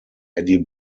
eddie